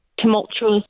tumultuous